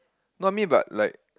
not me but like